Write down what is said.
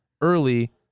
early